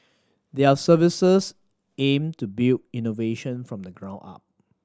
their services aim to build innovation from the ground up